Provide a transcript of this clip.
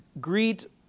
greet